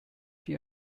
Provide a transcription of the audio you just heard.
für